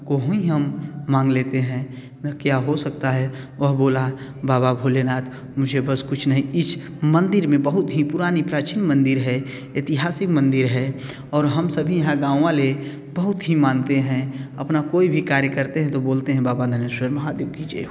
को ही हम मांग लेते हैं न क्या हो सकता है वह बोला बाबा भोलेनाथ मुझे बस कुछ नहीं इस मंदिर में बहुत ही पुरानी प्राचीन मंदिर है ऐतिहासिक मंदिर है और हम सभी यहाँ गाँव वाले बहुत हीं मानते हैं अपना कोइ भी कार्य करते हैं तो बोलते हैं बाबा नरेश्वर महादेव की जय हो